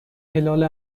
هلال